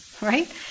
right